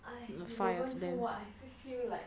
and the five of them